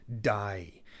die